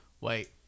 wait